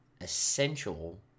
essential